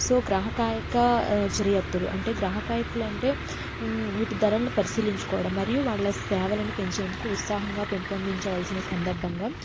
so గ్రహకాయక చర్యత్తులు అంటే గ్రహకాయకులు అంటే వీటి ధరలను పరిశీలించుకోవడం మరియు వాళ్ళ సేవలను పెంచేందుకు ఉత్సాహంగా పెంపొందించవల్సిన సందర్భంగా